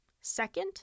Second